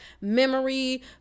memory